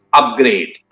upgrade